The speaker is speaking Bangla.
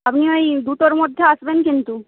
আপনি ওই দুটোর মধ্যে আসবেন কিন্তু